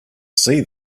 see